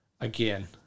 again